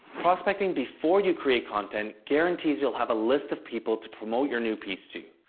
prospecting before you create content guarantees you'll have a list of people to promote your new piece to.